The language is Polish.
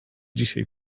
dzisiaj